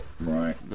Right